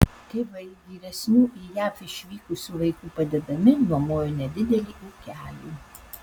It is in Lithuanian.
tėvai vyresnių į jav išvykusių vaikų padedami nuomojo nedidelį ūkelį